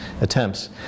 attempts